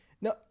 No